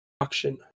auction